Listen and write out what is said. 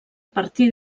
partir